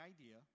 idea